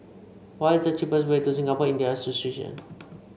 what is the cheapest way to Singapore Indian Association